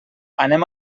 anem